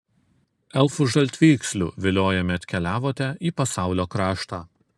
elfų žaltvykslių viliojami atkeliavote į pasaulio kraštą